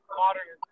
modern